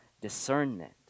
discernment